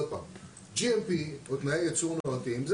GMP או תנאי ייצור נאותים,